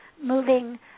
moving